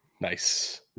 Nice